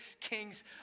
kings